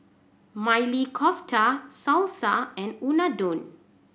Maili Kofta Salsa and Unadon